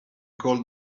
called